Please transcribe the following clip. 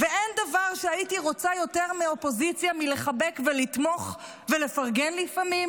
אין דבר שהייתי רוצה יותר מאופוזיציה מלחבק ולתמוך ולפרגן לפעמים.